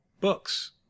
books